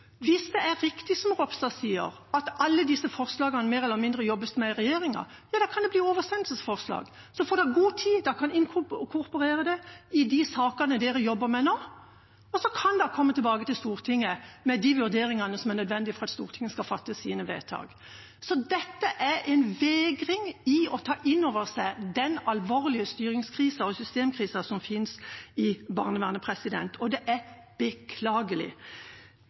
Hvis det er riktig som statsråd Ropstad sier, at alle disse forslagene jobbes det mer eller mindre med i regjeringa, ja da kan de bli oversendelsesforslag. Da får regjeringen god tid, de kan inkorporere det i de sakene de jobber med nå, og så kan de komme tilbake til Stortinget med de vurderingene som er nødvendige for at Stortinget skal fatte sine vedtak. Dette er en vegring i å ta inn over seg den alvorlige styringskrisen og systemkrisen som finnes i barnevernet, og det er beklagelig.